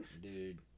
Dude